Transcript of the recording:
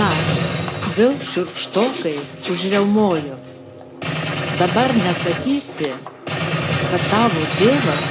na vėl šiurkštokai užriaumojo dabar nesakysi kad tavo tėvas